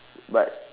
but